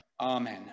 amen